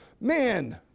Man